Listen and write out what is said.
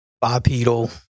bipedal